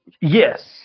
yes